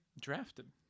Drafted